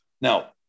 Now